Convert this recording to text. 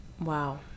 Wow